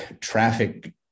traffic